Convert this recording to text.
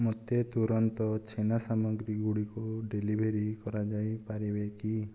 ମୋତେ ତୁରନ୍ତ ଛେନା ସାମଗ୍ରୀଗୁଡ଼ିକୁ ଡେଲିଭରି କରାଯାଇପାରିବେ କି